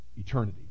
eternity